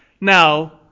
now